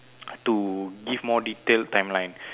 to give more detailed timeline